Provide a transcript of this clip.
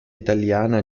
italiana